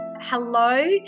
Hello